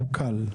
הוקל.